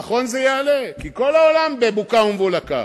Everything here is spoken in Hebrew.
נכון, זה יעלה, כי כל העולם בבוקה ומבולקה.